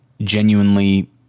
genuinely